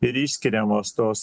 ir išskiriamos tos